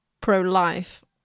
pro-life